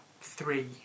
three